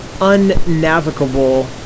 unnavigable